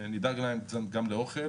נדאג להם לאוכל